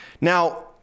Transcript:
Now